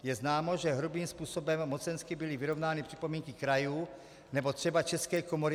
Je známo, že hrubým způsobem a mocensky byly vyrovnány připomínky krajů nebo třeba České komory architektů.